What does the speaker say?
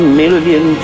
million